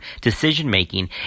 decision-making